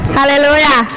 Hallelujah